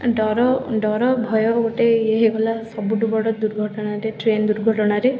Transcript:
ଡର ଡର ଭୟ ଗୋଟେ ଇଏ ହେଇଗଲା ସବୁଠୁ ବଡ଼ ଦୁର୍ଘଟଣାଟେ ଟ୍ରେନ୍ ଦୁର୍ଘଟଣାରେ